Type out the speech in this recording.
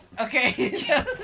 Okay